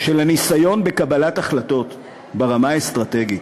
שלניסיון בקבלת החלטות ברמה האסטרטגית,